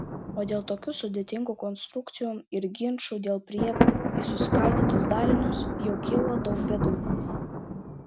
o dėl tokių sudėtingų konstrukcijų ir ginčų dėl prieigų į suskaldytus darinius jau kilo daug bėdų